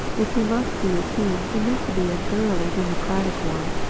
if he must be a king he meant to be a thoroughly democratic one,